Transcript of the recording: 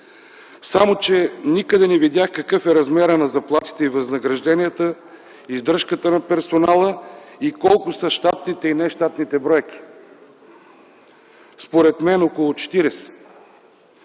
Само че, никъде не видях какъв е размерът на заплатите и възнагражденията, издръжката на персонала и колко са щатните и нещатните бройки. Според мен около 40.